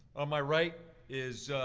on my right is,